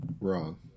wrong